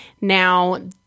Now